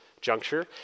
juncture